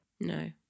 no